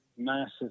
Massive